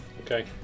Okay